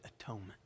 atonement